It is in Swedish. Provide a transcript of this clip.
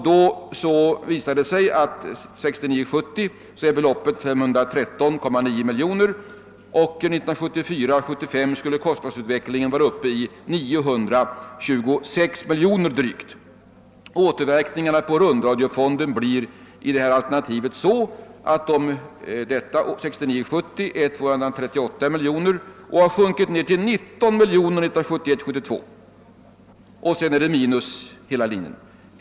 Det visar sig då att kostnaderna, som 1969 75 skulle vara uppe i drygt 926 miljoner. Återverkningarna på rundradiofonden blir enligt detta aiternativ sådana, att den år 1969 72. Sedan är det minus efter hela linjen.